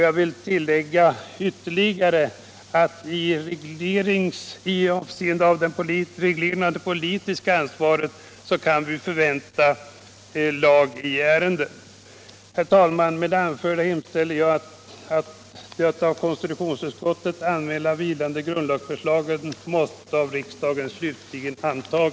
Jag vill ytterligare tillägga att vi i avseende på reglering av det politiska ansvaret kan förvänta ett förslag till lag.